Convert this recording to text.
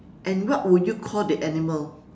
and what would you call the animal